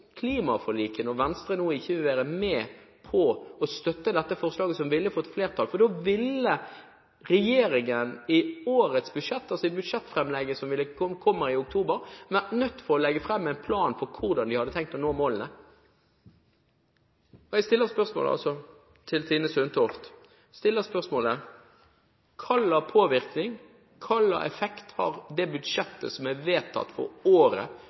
klimaforliket når Venstre nå ikke vil være med på å støtte dette forslaget, som ville fått flertall, for da ville regjeringen i årets budsjett, altså i budsjettframlegget som kommer i oktober, vært nødt til å legge fram en plan for hvordan de har tenkt å nå målene. Jeg stiller altså spørsmålet til Tine Sundtoft: Hva slags påvirkning, hvilken effekt, har det budsjettet som er vedtatt for året